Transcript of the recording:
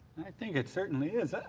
think it certainly is.